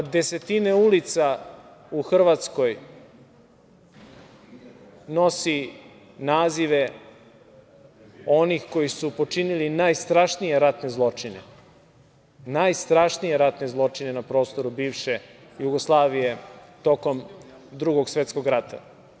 Desetine ulica u Hrvatskoj nosi nazive onih koji su počinili najstrašnije ratne zločine, najstrašnije ratne zločine na prostoru bivše Jugoslavije tokom Drugog svetskog rata.